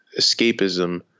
escapism